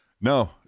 no